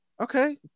okay